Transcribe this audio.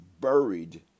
buried